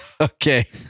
okay